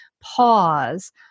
pause